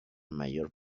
mayor